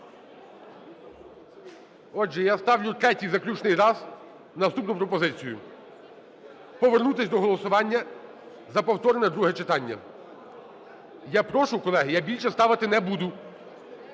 Отже, я ставлю третій, заключний, раз наступну пропозицію: повернутись до голосування за повторне друге читання. Я прошу, колеги, я більше ставити не буду.